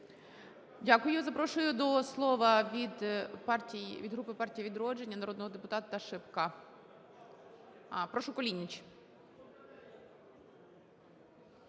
Дякую вам. Запрошую до слова від групи "Партія "Відродження" народного депутатаШипка. Прошу, Кулініч.